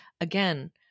again